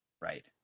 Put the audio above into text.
right